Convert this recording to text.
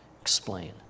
explain